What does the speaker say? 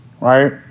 Right